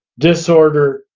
disorder,